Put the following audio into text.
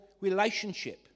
relationship